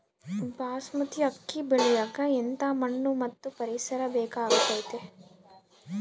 ಬಾಸ್ಮತಿ ಅಕ್ಕಿ ಬೆಳಿಯಕ ಎಂಥ ಮಣ್ಣು ಮತ್ತು ಪರಿಸರದ ಬೇಕಾಗುತೈತೆ?